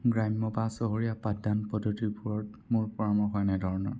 গ্ৰাম্য বা চহৰীয়া পাঠদান পদ্ধতিৰ ওপৰত মোৰ পৰামৰ্শ এনেধৰণৰ